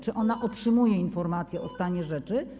Czy ona otrzymuje informacje o stanie rzeczy?